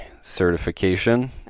certification